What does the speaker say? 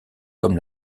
comme